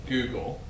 Google